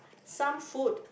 some food